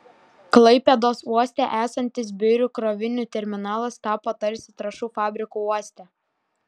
klaipėdos uoste esantis birių krovinių terminalas tapo tarsi trąšų fabriku uoste